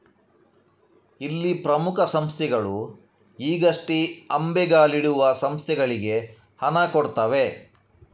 ಇಲ್ಲಿ ಪ್ರಮುಖ ಸಂಸ್ಥೆಗಳು ಈಗಷ್ಟೇ ಅಂಬೆಗಾಲಿಡುವ ಸಂಸ್ಥೆಗಳಿಗೆ ಹಣ ಕೊಡ್ತವೆ